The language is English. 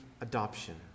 adoption